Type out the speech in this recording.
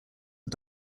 are